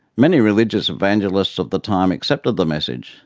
many religious evangelists of the time accepted the message.